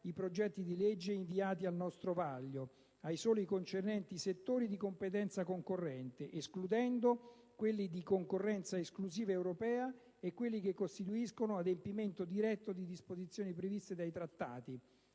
i progetti normativi inviati al nostro vaglio ai soli concernenti settori di competenza concorrente, escludendo quelli di competenza esclusiva europea e quelli che costituiscono adempimento diretto di disposizioni previste dai Trattati,